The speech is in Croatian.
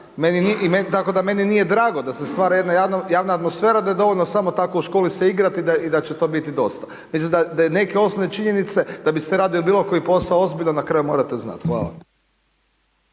tako da meni nije drago da se stvara jedna javna atmosfera, da je dovoljno samo tako se u školi igrati i da će to biti dosta. Mislim da je neke osnovne činjenice, da biste radili bilo koji posao ozbiljno, na kraju morate znati. Hvala.